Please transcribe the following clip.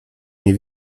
nie